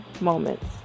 moments